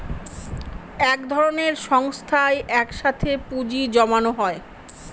এক ধরনের সংস্থায় এক সাথে পুঁজি জমানো হয়